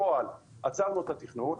בפועל עצרנו את התכנון.